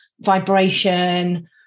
vibration